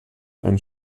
einen